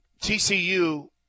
TCU